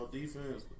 defense